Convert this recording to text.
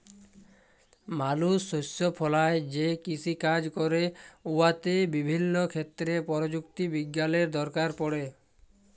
মালুস শস্য ফলাঁয় যে কিষিকাজ ক্যরে উয়াতে বিভিল্য ক্ষেত্রে পরযুক্তি বিজ্ঞালের দরকার পড়ে